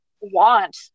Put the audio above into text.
want